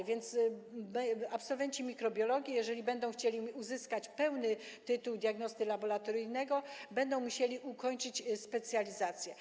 A więc absolwenci mikrobiologii, jeżeli będą chcieli uzyskać pełny tytuł diagnosty laboratoryjnego, będą musieli ukończyć specjalizację.